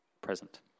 present